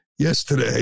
yesterday